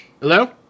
Hello